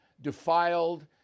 defiled